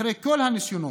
אחרי כל הניסיונות